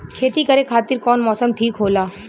खेती करे खातिर कौन मौसम ठीक होला?